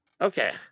Okay